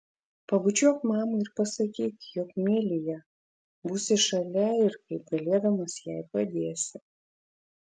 pabučiuok mamą ir pasakyk jog myli ją būsi šalia ir kaip galėdamas jai padėsi